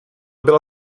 byla